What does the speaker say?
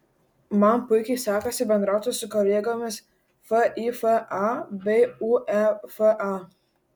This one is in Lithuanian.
man puikiai sekasi bendrauti su kolegomis fifa bei uefa